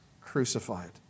crucified